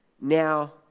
now